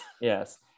Yes